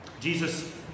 Jesus